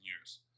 years